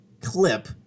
clip